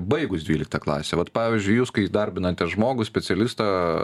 baigus dvyliktą klasę vat pavyzdžiui jūs kai įdarbinate žmogų specialistą